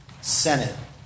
Senate